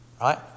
Right